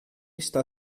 está